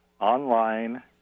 online